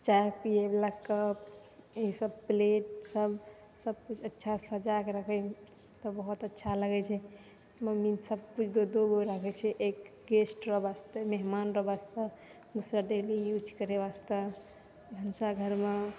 चाह पिएवला कप ओकर प्लेट सब सबकिछु अच्छा सजाकऽ रखबै तऽ बहुत अच्छा लागै छै सब चीज जतऽ जे रहै छै गेस्टके वास्ते मेहमानके वास्ते की सब डेली यूज करऽ के वास्ते भनसाघरमे